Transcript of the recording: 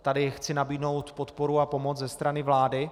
Tady chci nabídnout podporu a pomoc ze strany vlády.